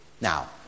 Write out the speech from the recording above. Now